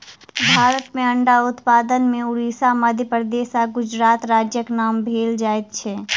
भारत मे अंडा उत्पादन मे उड़िसा, मध्य प्रदेश आ गुजरात राज्यक नाम लेल जाइत छै